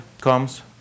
comes